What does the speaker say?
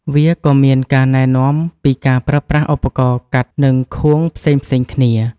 វាក៏មានការណែនាំពីការប្រើប្រាស់ឧបករណ៍កាត់និងខួងផ្សេងៗគ្នា។